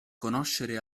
conoscere